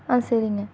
ஆ சரிங்க